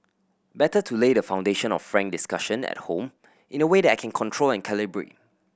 better to lay the foundation of frank discussion at home in a way that I can control and calibrate